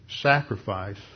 sacrifice